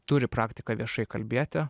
turi praktiką viešai kalbėti